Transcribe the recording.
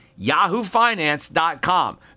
yahoofinance.com